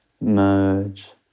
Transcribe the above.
merge